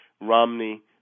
Romney